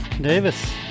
Davis